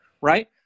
Right